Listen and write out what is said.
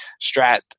Strat